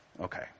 Okay